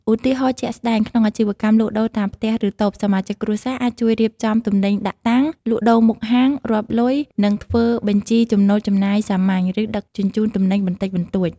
ឧទាហរណ៍ជាក់ស្ដែង ក្នុងអាជីវកម្មលក់ដូរតាមផ្ទះ ឬតូប សមាជិកគ្រួសារអាចជួយរៀបចំទំនិញដាក់តាំង លក់ដូរមុខហាង រាប់លុយ និងធ្វើបញ្ជីចំណូលចំណាយសាមញ្ញ ឬដឹកជញ្ជូនទំនិញបន្តិចបន្តួច។